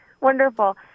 Wonderful